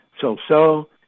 so-so